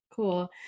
Cool